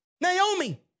Naomi